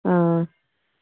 ꯑꯥ